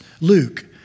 Luke